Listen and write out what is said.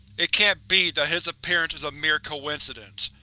it can't be that his appearance is a mere coincidence.